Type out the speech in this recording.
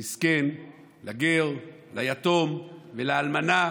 למסכן, לגר, ליתום ולאלמנה.